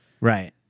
Right